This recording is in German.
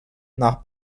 nach